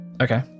Okay